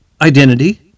identity